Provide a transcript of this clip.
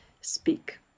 speak